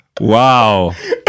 Wow